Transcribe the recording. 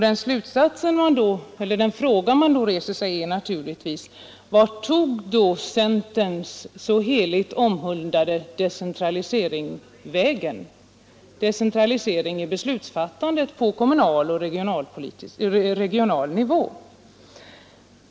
Den frågan man då ställer sig är naturligtvis: Vad har det nu blivit av centerns så omhuldade decentralisering av beslutsfattandet på kommunal och regional nivå?